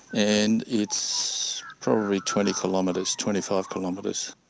and it's probably twenty kilometres, twenty five kilometres.